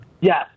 Yes